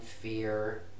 fear